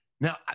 Now